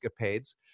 capades